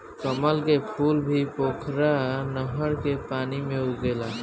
कमल के फूल भी पोखरा नहर के पानी में उगेला